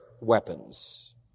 weapons